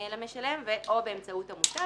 למשלם או באמצעות המוטב.